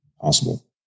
possible